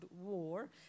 War